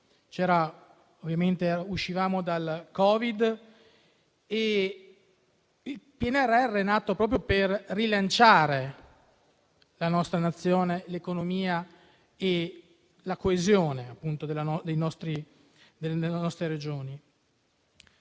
allora uscendo dal Covid e il PNRR è nato proprio per rilanciare la nostra Nazione, l'economia e la coesione nelle nostre Regioni.